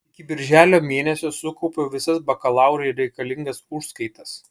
iki birželio mėnesio sukaupiau visas bakalaurui reikalingas užskaitas